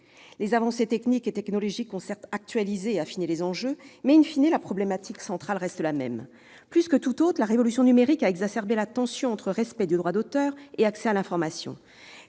Les avancées techniques et technologiques ont certes actualisé et affiné les enjeux, mais,, la problématique centrale reste la même. Plus que tout autre, la révolution numérique a exacerbé la tension entre respect du droit d'auteur et accès à l'information.